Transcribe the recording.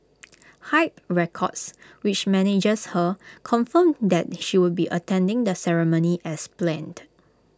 hype records which manages her confirmed that she would be attending the ceremony as planned